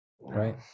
right